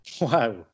Wow